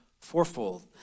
fourfold